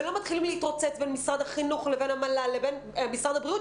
ולא מתחילים להתרוצץ בין משרד החינוך לבין המל"ל לבין משרד הבריאות,